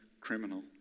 criminal